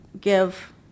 give